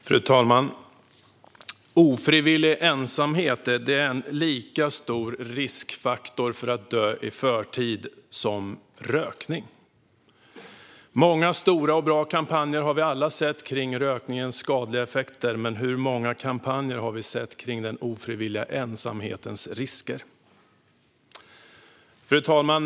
Fru talman! Ofrivillig ensamhet är en lika stor riskfaktor för att dö i förtid som rökning. Många stora och bra kampanjer har vi alla sett om rökningens skadliga effekter, men hur många kampanjer har vi sett om den ofrivilliga ensamhetens risker? Fru talman!